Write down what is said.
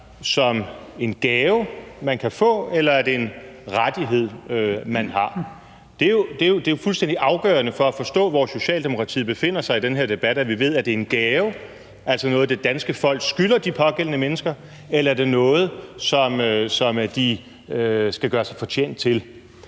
som en gave, man kan få, eller er det en rettighed, man har? Det er jo fuldstændig afgørende for at forstå, hvor Socialdemokratiet befinder sig i den her debat, at vi ved, om det er en gave, altså noget, det danske folk skylder de pågældende mennesker, eller det er noget, som de skal gøre sig fortjent til.